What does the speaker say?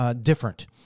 different